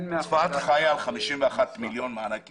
צפת חיה על 51 מיליון מענק איזון.